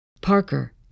Parker